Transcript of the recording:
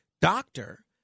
doctor